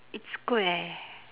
it's square